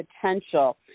potential